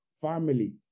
family